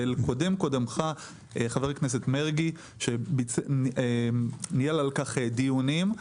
לקודם קודמתך חבר הכנסת מרגי שניהל על כך דיונים.